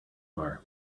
bar